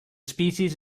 species